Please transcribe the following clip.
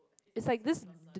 is like this